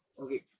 okay